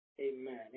Amen